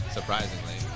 Surprisingly